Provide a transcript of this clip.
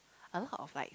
a lot of lights